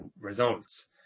results